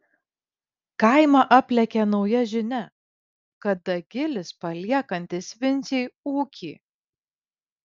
kaimą aplėkė nauja žinia kad dagilis paliekantis vincei ūkį